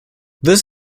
this